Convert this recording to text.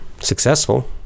Successful